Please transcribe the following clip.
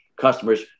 customers